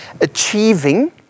achieving